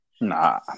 Nah